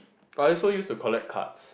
I also used to collect cards